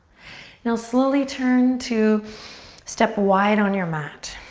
now slowly turn to step wide on your mat.